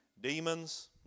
demons